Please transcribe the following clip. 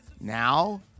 Now